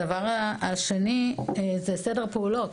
הדבר השני, הוא סדר פעולות.